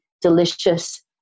delicious